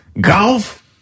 Golf